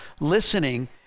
listening